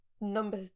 number